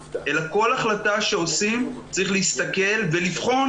אלא כל החלטה שמקבלים צריך להסתכל ולבחון